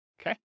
Okay